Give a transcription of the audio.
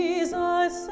Jesus